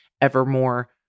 evermore